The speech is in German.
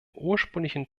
ursprünglichen